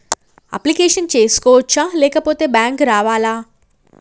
Application చేసుకోవచ్చా లేకపోతే bank రావాలా?